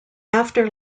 after